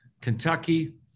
Kentucky